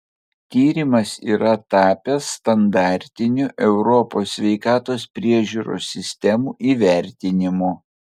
tyrimas yra tapęs standartiniu europos sveikatos priežiūros sistemų įvertinimu